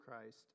Christ